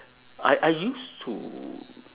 I I used to